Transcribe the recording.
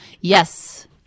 Yes